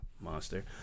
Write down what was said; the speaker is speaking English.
Monster